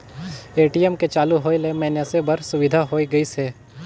ATM के चालू होय ले मइनसे बर सुबिधा होय गइस हे